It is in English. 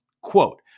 Quote